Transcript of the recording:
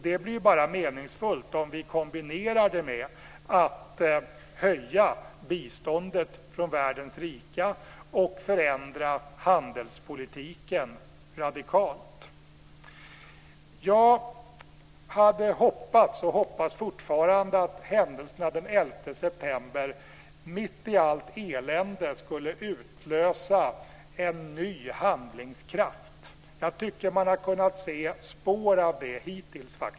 Det blir bara meningsfullt om vi kombinerar det med att höja biståndet från världens rika länder och förändra handelspolitiken radikalt. Jag hade hoppats och hoppas fortfarande att händelserna den 11 september mitt i allt elände skulle utlösa en ny handlingskraft. Jag tycker faktiskt att man har kunnat se spår av det hittills.